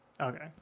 okay